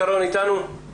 אבל שייתן לנו תאריך.